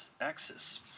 axis